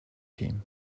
team